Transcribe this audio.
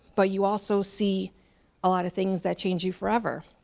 but you also see a lot of things that change you forever.